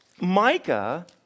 Micah